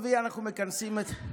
למה אתה מזכיר רק את הקואליציה?